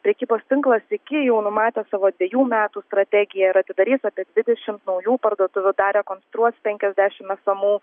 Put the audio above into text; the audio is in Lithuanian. prekybos tinklas iki jau numatė savo dvejų metų strategiją ir atidarys apie dvidešim naujų parduotuvių dar rekonstruos penkiasdešim esamų